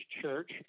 church